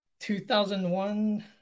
2001